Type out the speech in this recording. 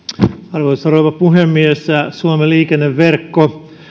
arvoisa rouva puhemies suomen liikenneverkko